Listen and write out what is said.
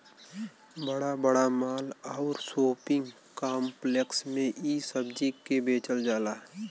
बड़ा बड़ा माल आउर शोपिंग काम्प्लेक्स में इ सब्जी के बेचल जाला